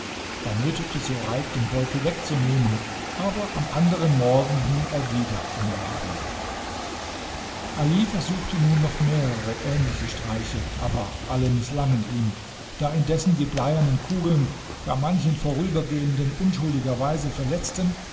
er nötigte sureik den beutel wegzunehmen aber am anderen morgen hing er wieder im laden ali versuchte nun noch mehrere ähnliche streiche aber alle mißlangen ihm da indessen die bleiernen kugeln gar manchen vorübergehenden unschuldigerweise verletzten